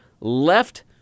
left